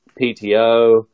pto